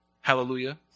Hallelujah